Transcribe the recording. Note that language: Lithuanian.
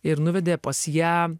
ir nuvedė pas ją